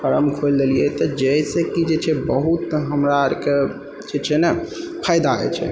farm खोलि देलियै तऽ जाहिसँ कि जे छै से बहुत हमरा अरके जे छै नहि फायदा हय छै